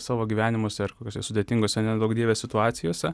savo gyvenimuose ar kuriose sudėtingose neduok dieve situacijose